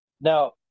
Now